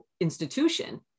institution